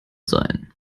sein